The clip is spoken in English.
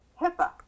HIPAA